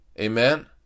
Amen